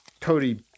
Cody